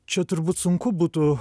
čia turbūt sunku būtų